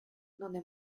donde